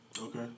Okay